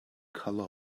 color